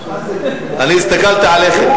אני הסתכלתי עליכם.